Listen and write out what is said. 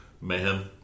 Mayhem